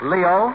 Leo